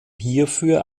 hierfür